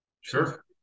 Sure